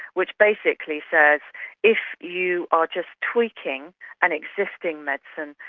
which basically says if you are just tweaking an existing medicine,